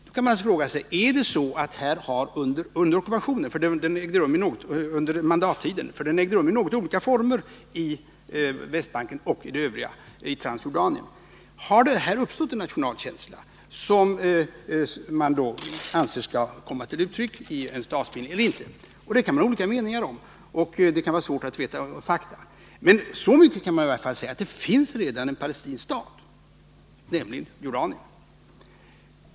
Då kan man naturligtvis fråga sig: Är det så att det under mandattiden— för ockupationen ägde rum i något olika former på Västbanken och i det övriga Transjordanien — har uppstått en nationalkänsla som man anser skall komma till uttryck i en statsbildning eller inte? Det kan man ha olika meningar om, och det kan vara svårt att känna till fakta. Så mycket kan man i varje fall säga, att det redan finns en palestinsk stat, nämligen Jordanien.